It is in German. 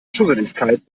schusseligkeit